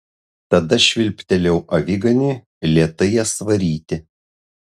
tada švilptelėjau aviganiui lėtai jas varyti